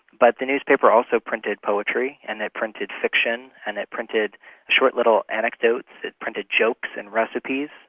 but the newspaper also printed poetry and it printed fiction and it printed short little anecdotes, it printed jokes and recipes,